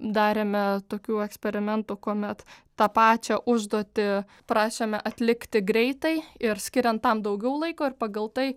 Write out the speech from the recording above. darėme tokių eksperimentų kuomet tą pačią užduotį prašėme atlikti greitai ir skiriant tam daugiau laiko ir pagal tai